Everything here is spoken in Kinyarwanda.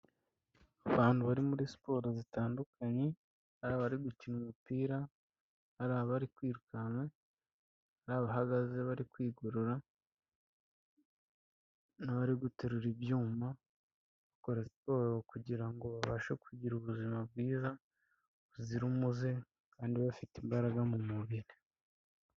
Abantu bari muri siporo zitandukanye hari abari gukina umupira, hari abari kwiruka, hari abahagaze bari kwigorora, hari abari guterura ibyuma bakora siporo kugira ngo babashe kugira ubuzima bwiza buzira umuze kandi bafite imbaraga mu mubiri.